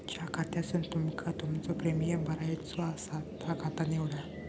ज्या खात्यासून तुमका तुमचो प्रीमियम भरायचो आसा ता खाता निवडा